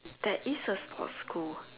there is a sports school